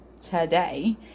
today